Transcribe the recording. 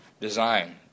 design